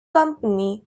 company